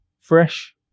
fresh